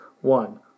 one